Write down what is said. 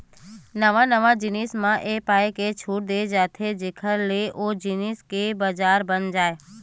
नवा नवा जिनिस म ए पाय के छूट देय जाथे जेखर ले ओ जिनिस के बजार बन जाय